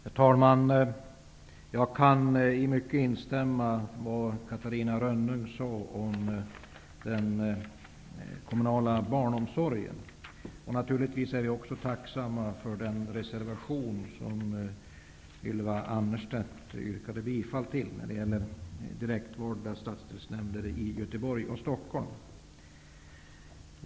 Herr talman! Jag kan instämma i mycket vad Catarina Rönnung sade om den kommunala barnomsorgen. Jag är naturligtvis också tacksam för den reservation som Ylva Annerstedt yrkade bifall till när det gäller direktvalda stadsdelsnämnder i Göteborg och Stockholm.